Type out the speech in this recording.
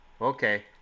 Okay